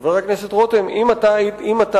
חבר הכנסת רותם, אינני